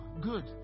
good